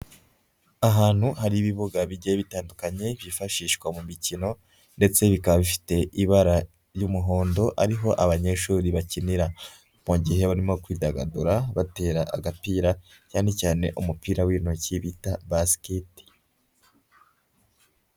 Ahantu hari ibibuga bigiye bitandukanye byifashishwa mu mikino ndetse bikaba bifite ibara ry'umuhondo, ari ho abanyeshuri bakinira mu gihe barimo kwidagadura batera agapira, cyane cyane umupira w'intoki bita Basket.